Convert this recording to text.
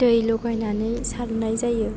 दै लगायनानै सारनाय जायो